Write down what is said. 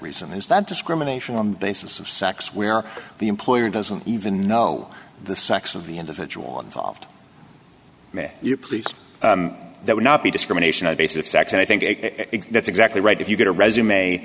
reason is that discrimination on the basis of sex where the employer doesn't even know the sex of the individual involved may you please that would not be discrimination based of sex and i think that's exactly right if you get a resume